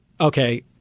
Okay